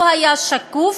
הוא היה שקוף.